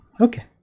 okay